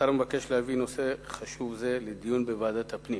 השר מבקש להביא נושא חשוב זה לדיון בוועדת הפנים.